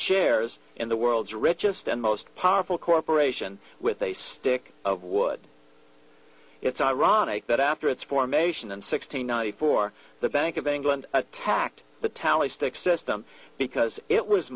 shares in the world's richest and most powerful corporation with a stick of wood it's ironic that after its formation and six hundred ninety four the bank of england attacked the tally stick system because it was